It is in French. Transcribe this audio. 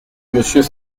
monsieur